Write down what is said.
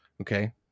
Okay